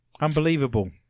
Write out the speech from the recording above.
Unbelievable